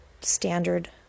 standard